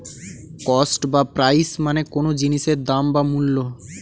cost বা price মানে কোনো জিনিসের দাম বা মূল্য